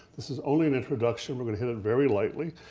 this is only an introduction, we're gonna hit it very lightly.